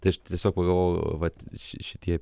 tai aš tiesiog pagalvojau vat ši šitie